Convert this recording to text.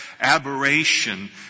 aberration